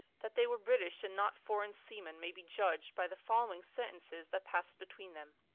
that they were british and not foreign seamen may be judged by the following sentences that passed between them.